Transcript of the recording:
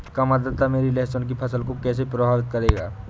कम आर्द्रता मेरी लहसुन की फसल को कैसे प्रभावित करेगा?